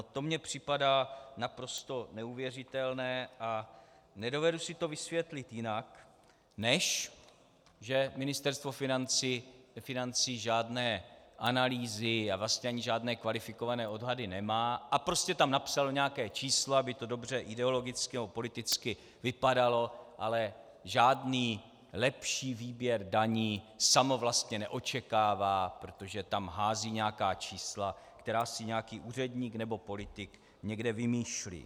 To mně připadá naprosto neuvěřitelné a nedovedu si to vysvětlit jinak, než že Ministerstvo financí žádné analýzy a žádné kvalifikované odhady nemá a prostě tam napsalo nějaké číslo, aby to dobře ideologicky nebo politicky vypadalo, ale žádný lepší výběr daní samo vlastně neočekává, protože tam hází nějaká čísla, která si nějaký úředník nebo politik někde vymýšlí.